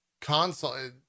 console